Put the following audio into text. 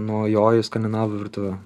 naujoji skandinavų virtuvė